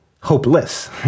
hopeless